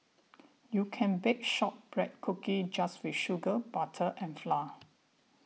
you can bake Shortbread Cookies just with sugar butter and flour